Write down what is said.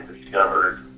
discovered